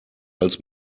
als